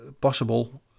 possible